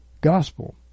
gospel